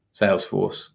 Salesforce